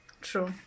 True